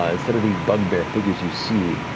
ah instead of the bugbear figures you see,